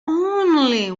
only